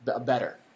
better